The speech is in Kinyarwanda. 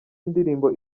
indirimbo